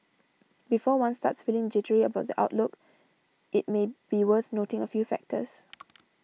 before one starts feeling jittery about the outlook it may be worth noting a few factors